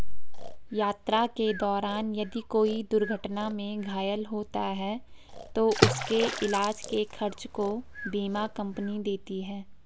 यात्रा के दौरान यदि कोई दुर्घटना में घायल होता है तो उसके इलाज के खर्च को बीमा कम्पनी देती है